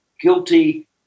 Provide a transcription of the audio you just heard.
guilty